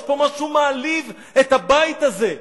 יש פה משהו מעליב את הבית הזה,